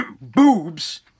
boobs